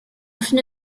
often